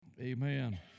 Amen